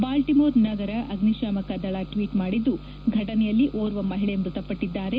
Baltimore ನಗರ ಅಗ್ನಿಶಾಮಕ ದಳ ಟ್ವೀಟ್ ಮಾಡಿದ್ದು ಘಟನೆಯಲ್ಲಿ ಓರ್ವ ಮಹಿಳೆ ಮೃತಪಟ್ಟಿದ್ದಾರೆ